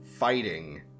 fighting